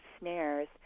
snares